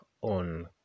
on